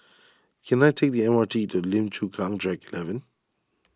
can I take the M R T to Lim Chu Kang Track eleven